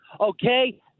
Okay